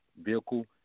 Vehicle